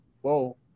whoa